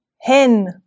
hen